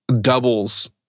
doubles